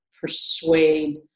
persuade